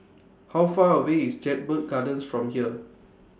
How Far away IS Jedburgh Gardens from here